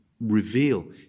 reveal